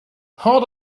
part